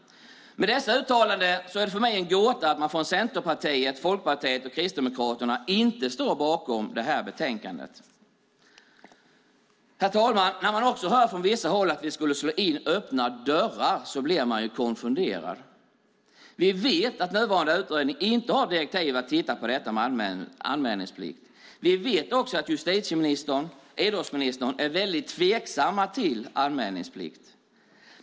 Med dessa uttalanden är det för mig en gåta att man från Centerpartiet, Folkpartiet och Kristdemokraterna inte står bakom betänkandet. Herr talman! När jag hör från vissa håll att vi skulle slå in öppna dörrar blir jag konfunderad. Vi vet att nuvarande utredning inte har direktiv att titta på anmälningsplikt. Vi vet också att både justitieministern och idrottsministern är tveksamma till anmälningsplikt.